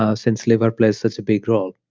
ah since liver plays such a big role.